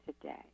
today